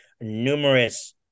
numerous